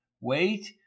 wait